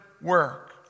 work